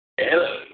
Hello